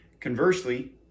Conversely